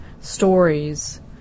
stories